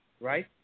right